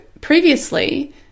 previously